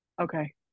okay